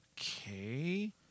okay